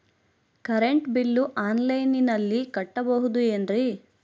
Current bill ಆನ್ಲೈನಿನಲ್ಲಿ ಕಟ್ಟಬಹುದು ಏನ್ರಿ?